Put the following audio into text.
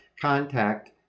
contact